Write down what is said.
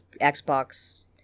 Xbox